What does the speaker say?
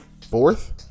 fourth